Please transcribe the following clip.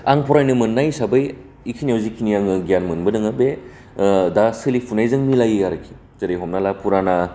आं फरायनो मोननाय हिसाबै इखिनियाव जिखिनि आङो गियान मोनबोदोङो बे दा सोलिफुनायजों मिलायो आरोखि जेरै हमना ला फुराना